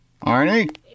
Arnie